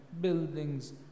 buildings